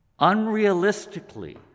Unrealistically